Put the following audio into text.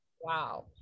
wow